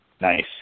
Nice